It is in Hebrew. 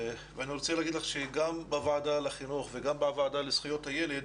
אני רוצה להגיד לך שגם בוועדת החינוך וגם בוועדה לזכויות הילד